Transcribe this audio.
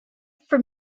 for